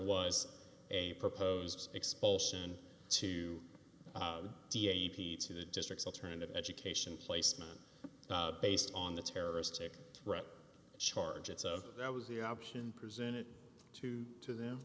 was a proposed expulsion to d a p to the district's alternative education placement based on the terroristic threat charge it so that was the option presented to to them